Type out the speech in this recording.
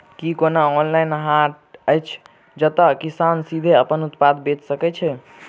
की कोनो ऑनलाइन हाट अछि जतह किसान सीधे अप्पन उत्पाद बेचि सके छै?